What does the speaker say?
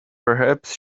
perhaps